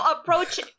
approach